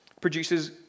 produces